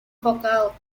vocal